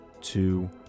two